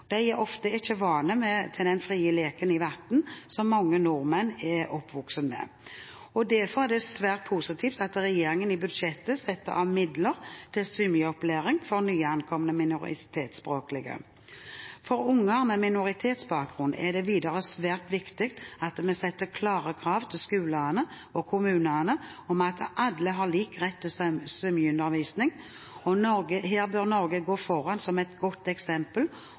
De er ofte ikke vant til den frie leken i vann som mange nordmenn er oppvokst med. Derfor er det svært positivt at regjeringen i budsjettet satte av midler til svømmeopplæring for nyankomne minoritetsspråklige. For unger med minoritetsbakgrunn er det videre svært viktig at vi setter klare krav til skolene og kommunene om at alle har lik rett til svømmeundervisning. Her bør Norge gå foran som et godt eksempel